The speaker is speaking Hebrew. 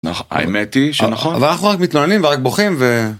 האמת היא שנכון, אבל אנחנו רק מתלוננים ורק בוכים ו...